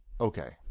Okay